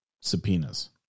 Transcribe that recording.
subpoenas